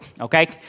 okay